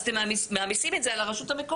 אז אתם מעמיסים את זה על הרשות המקומית.